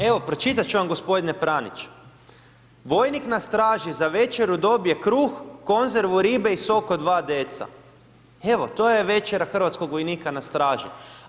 Evo, pročitati ću vam g. Pranić, vojnik na straži, za večeru dobije kruh, konzervu, ribe i sok od 2 deca, evo to je večera hrvatskog vojnika na straži.